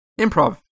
improv